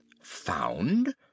found